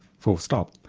full stop.